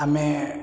ଆମେ